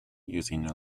using